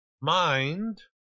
mind